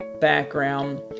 background